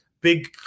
big